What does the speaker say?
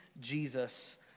Jesus